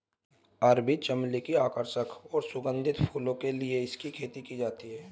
अरबी चमली की आकर्षक और सुगंधित फूलों के लिए इसकी खेती की जाती है